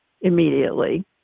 immediately